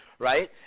Right